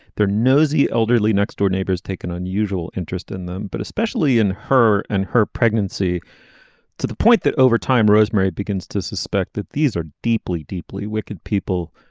they're nosy elderly next door neighbors take an unusual interest in them but especially in her and her pregnancy to the point that over time rosemary begins to suspect that these are deeply deeply wicked people.